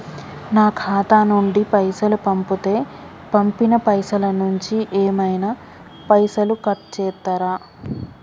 నా ఖాతా నుండి పైసలు పంపుతే పంపిన పైసల నుంచి ఏమైనా పైసలు కట్ చేత్తరా?